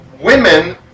women